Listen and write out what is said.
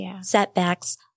setbacks